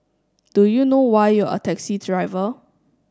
do you know why you're a taxi driver